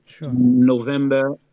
November